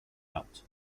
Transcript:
out